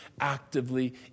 actively